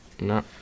No